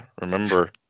remember